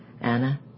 Anna